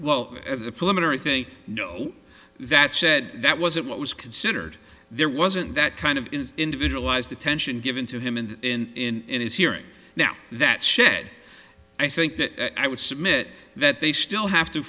pulmonary think no that said that wasn't what was considered there wasn't that kind of individualized attention given to him and in his hearing now that said i think that i would submit that they still have to